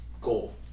goal